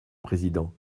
président